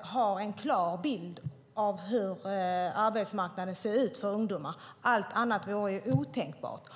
har naturligtvis en klar bild av hur arbetsmarknaden för ungdomar ser ut. Allt annat vore otänkbart.